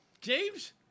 James